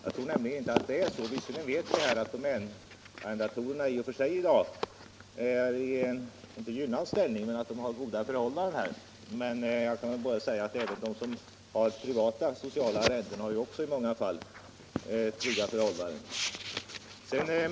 Jag tror inte att det är på det sättet. Visserligen vet vi att domänverksarrendatorerna i dag har goda förhållanden, även om de inte direkt har en gynnad ställning. Men också de som har privata arrenden har i många fall trygga förhållanden.